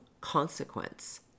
consequence